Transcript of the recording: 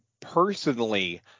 Personally